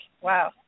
Wow